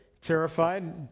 terrified